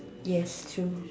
yes true